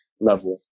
level